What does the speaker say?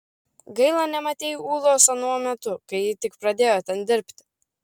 gaila nematei ulos anuo metu kai ji tik pradėjo ten dirbti